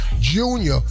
Junior